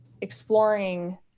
exploring